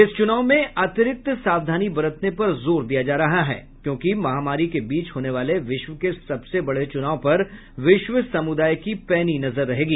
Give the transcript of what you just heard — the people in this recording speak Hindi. इस चुनाव में अतिरिक्त सावधानी बरतने पर जोर दिया जा रहा है क्योंकि महामारी के बीच होने वाले विश्व के सबसे बडे चुनाव पर विश्व समुदाय की पैनी नजर रहेगी